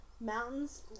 Mountains